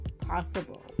possible